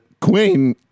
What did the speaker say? queen